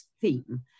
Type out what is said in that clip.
theme